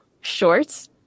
shorts